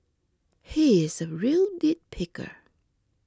he is a real nitpicker